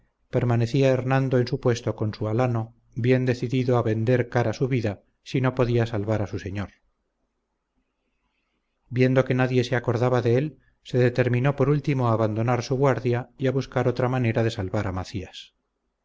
permanecía hernando en su puesto con su alano bien decidido a vender cara su vida si no podía salvar a su señor viendo que nadie se acordaba de él se determinó por último a abandonar su guardia y a buscar otra manera de salvar a macías